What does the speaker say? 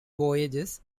voyages